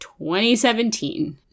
2017